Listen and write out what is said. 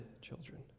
children